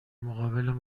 مقابل